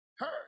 Hurt